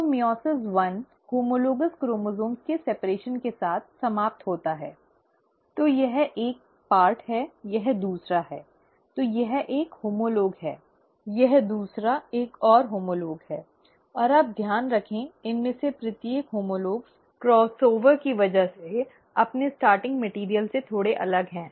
तो मइओसिस एक homologous chromosomes के अलगाव के साथ समाप्त होता है तो यह एक हिस्सा है यह दूसरा है तो यह एक होमोलॉग है यह दूसरा एक और होमोलॉग है और आप ध्यान रखें इनमें से प्रत्येक होमोलॉग क्रॉस ओवर की वजह से अपनी शुरुआती सामग्री से थोड़े अलग हैं